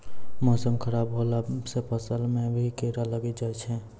मौसम खराब हौला से फ़सल मे कीड़ा लागी जाय छै?